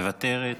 מוותרת,